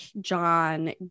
John